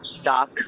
stock